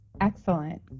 Excellent